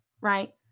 right